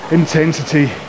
intensity